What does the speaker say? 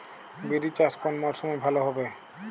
বিরি চাষ কোন মরশুমে ভালো হবে?